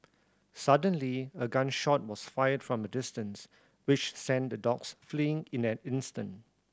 suddenly a gun shot was fired from a distance which sent the dogs fleeing in an instant